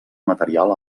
material